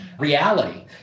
reality